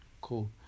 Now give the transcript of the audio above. Cool